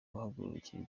guhagurukira